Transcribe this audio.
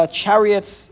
chariots